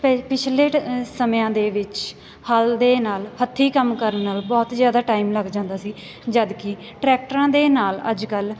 ਪ ਪਿਛਲੇ ਟ ਸਮਿਆਂ ਦੇ ਵਿੱਚ ਹਲ ਦੇ ਨਾਲ ਹੱਥੀਂ ਕੰਮ ਕਰਨ ਨਾਲ ਬਹੁਤ ਜ਼ਿਆਦਾ ਟਾਈਮ ਲੱਗ ਜਾਂਦਾ ਸੀ ਜਦਕਿ ਟਰੈਕਟਰਾਂ ਦੇ ਨਾਲ ਅੱਜ ਕੱਲ੍ਹ